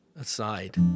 aside